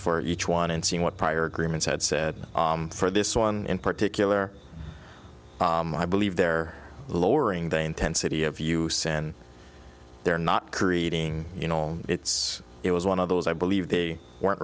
for each one and see what prior agreements had said for this one in particular i believe they're lowering the intensity of use and they're not creating you know it's it was one of those i believe they weren't